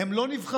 שהם לא נבחרים